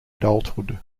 adulthood